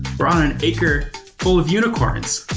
or on an acre full of unicorns?